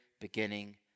beginning